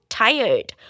tired